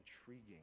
intriguing